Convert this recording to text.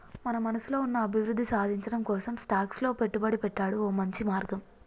మన మనసులో ఉన్న అభివృద్ధి సాధించటం కోసం స్టాక్స్ లో పెట్టుబడి పెట్టాడు ఓ మంచి మార్గం